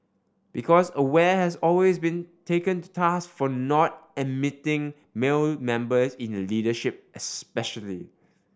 because Aware has always been taken to task for not admitting male members in the leadership especially